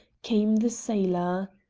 came the sailor.